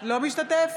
אינו משתתף